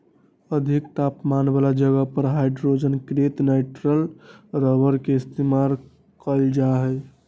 अधिक तापमान वाला जगह पर हाइड्रोजनीकृत नाइट्राइल रबर के इस्तेमाल कइल जा हई